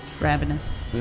Ravenous